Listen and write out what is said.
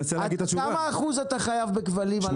כמה אחוז אתה חייב להשקיע בהפקות מקור בכבלים?